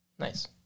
Nice